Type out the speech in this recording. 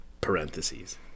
Parentheses